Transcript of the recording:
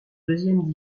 deuxième